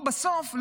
בסוף,